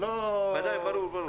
בוודאי, ברור.